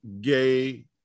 gay